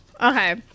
Okay